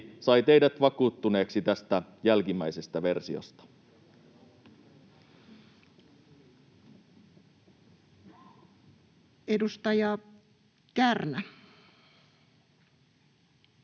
sai teidät vakuuttuneeksi tästä jälkimmäisestä versiosta? Edustaja Kärnä.